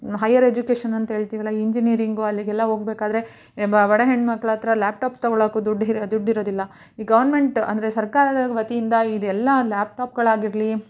higher ಎಜುಕೇಷನಂತ್ಹೇಳ್ತಿವಲ್ಲ ಈ engineering ಅಲ್ಲಿಗೆಲ್ಲ ಹೋಗ್ಬೇಕಾದ್ರೆ ಈ ಬಡ ಹೆಣ್ಣುಮಕ್ಳ ಹತ್ರ ಲ್ಯಾಪ್ಟಾಪ್ ತಗೊಳಕ್ಕೂ ದುಡ್ಡು ಇರು ದುಡ್ಡು ಇರೋದಿಲ್ಲ ಈ ಗೌರ್ಮೆಂಟ್ ಅಂದರೆ ಸರ್ಕಾರದ ವತಿಯಿಂದ ಇದೆಲ್ಲ ಲ್ಯಾಪ್ಟಾಪ್ಗಳಾಗಿರಲಿ